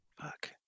Fuck